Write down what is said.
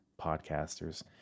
podcasters